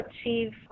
achieve